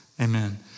Amen